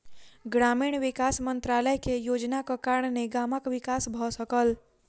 ग्रामीण विकास मंत्रालय के योजनाक कारणेँ गामक विकास भ सकल